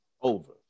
Over